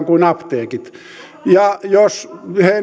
kuin apteekit jos